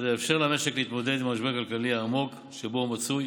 אשר יאפשר למשק להתמודד עם המשבר הכלכלי העמוק שבו הוא מצוי